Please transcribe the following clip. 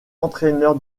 entraîneur